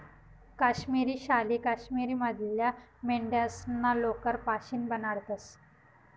काश्मिरी शाली काश्मीर मधल्या मेंढ्यास्ना लोकर पाशीन बनाडतंस